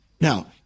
Now